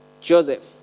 Joseph